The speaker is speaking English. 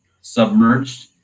submerged